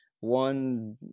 One